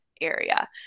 area